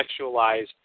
sexualized